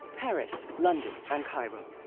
paris, london and cairo.